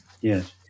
Yes